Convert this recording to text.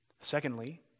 Secondly